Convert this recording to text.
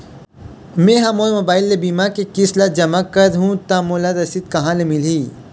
मैं हा मोर मोबाइल ले बीमा के किस्त ला जमा कर हु ता मोला रसीद कहां ले मिल ही?